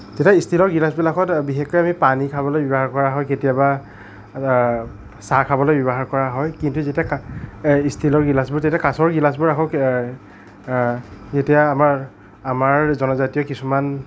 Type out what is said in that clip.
এতিয়া ষ্টিলৰ গিলাচবিলাকত বিশেষকৈ আমি পানী খাবলৈ ব্যৱহাৰ কৰা হয় কেতিয়াবা চাহ খাবলৈ ব্যৱহাৰ কৰা হয় কিন্তু যেতিয়া এই ষ্টিলৰ গিলাচবোৰ যেতিয়া কাঁচৰ গিলাচবোৰ যেতিয়া যেতিয়া আমাৰ আমাৰ জনজাতীয় কিছুমান